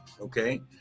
okay